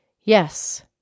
Yes